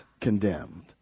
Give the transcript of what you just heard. condemned